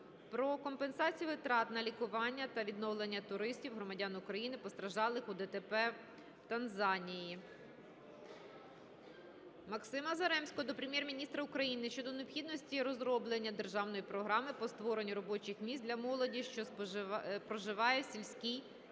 про компенсацію витрат на лікування та відновлення туристів - громадян України, постраждалих у ДТП в Танзанії. Максима Заремського до Прем'єр-міністра України щодо необхідності розроблення державної програми по створенню робочих місць для молоді, що проживає в сільській та